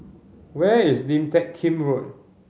where is Lim Teck Kim Road